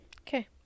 okay